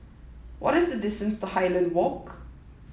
what is the distance to Highland Walk